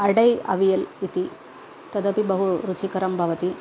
अडै अवियल् इति तदपि बहु रुचिकरं भवति